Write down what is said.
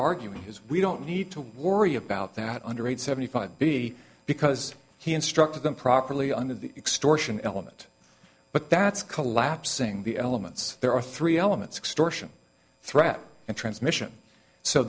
arguing is we don't need to worry about that under age seventy five b because he instructed them properly under the extortion element but that's collapsing the elements there are three elements threat and transmission so